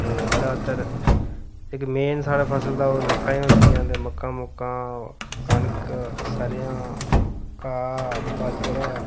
ते जादैतर इक मेन साढ़े फसल दा ओह् मक्कां ई होंदियां ते मक्कां मुक्कां कनक सरेआं घाऽ बाजरा